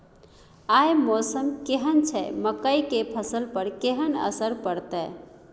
आय मौसम केहन छै मकई के फसल पर केहन असर परतै?